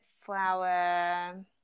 flower